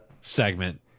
segment